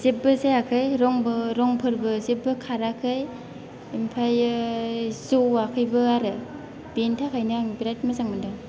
जेबो जायाखै रंबो रंफोरबो जेबो खाराखै ओमफ्रायो जवाखैबो आरो बेनि थाखायनो आं बिराथ मोजां मोनदों